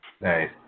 Nice